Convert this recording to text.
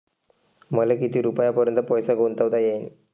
मले किती रुपयापर्यंत पैसा गुंतवता येईन?